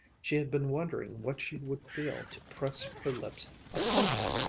she had been wondering what she would feel to press her lips upon it?